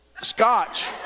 Scotch